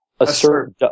assert